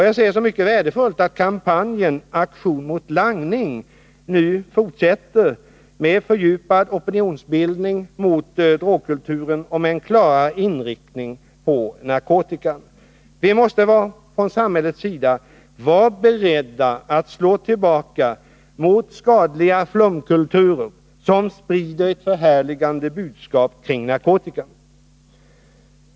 Jag ser det som mycket värdefullt att kampanjen Aktion mot langning nu fortsätter med en fördjupad opinionsbildning mot drogkulturen och med en klarare inriktning på narkotikan. Vi måste från samhällets sida vara beredda att slå tillbaka mot skadliga flumkulturer, som sprider ett förhärligande budskap kring narkotikan.